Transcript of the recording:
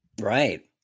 Right